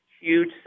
huge